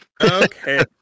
Okay